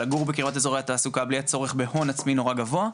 לגור בקרבת אזורי התעסוקה בלי הצורך בהון עצמי נורא גבוה.